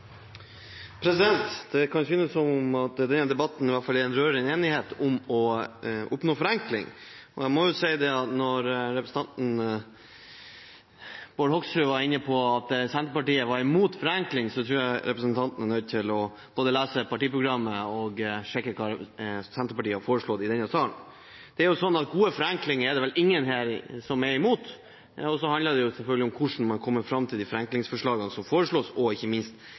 rørende enighet om å oppnå forenkling. Jeg må si til representanten Bård Hoksrud, som var inne på at Senterpartiet var imot forenkling, at jeg tror representanten er nødt til både å lese partiprogrammet og sjekke hva Senterpartiet har foreslått i denne salen. Gode forenklinger er det vel ingen her som er imot. Det handler selvfølgelig om hvordan man kommer fram til de forenklingene som foreslås, og ikke minst